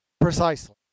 Precisely